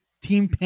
team